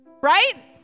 Right